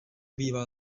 bývá